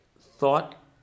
thought